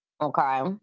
okay